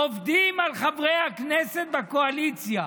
עובדים על חברי הכנסת בקואליציה.